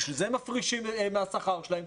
לכן הם מפרישים מהשכר שלהם,